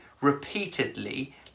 repeatedly